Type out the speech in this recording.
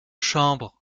chambres